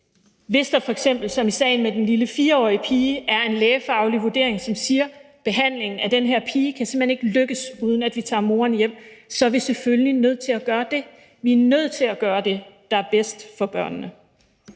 hvis der som f.eks. i sagen med den lille 4-årige pige er en lægefaglig vurdering, som siger, at behandlingen af den her pige simpelt hen ikke kan lykkes, uden at vi tager moderen hjem, så er vi selvfølgelig nødt til at gøre det. Vi er nødt til at gøre det, der er bedst for børnene.